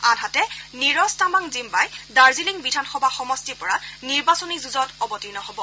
আনহাতে নিৰজ তামাং জিঘ্বাই দাৰ্জিলিং বিধানসভা সমষ্টিৰ পৰা নিৰ্বাচনী যুঁজত অৱতীৰ্ণ হ'ব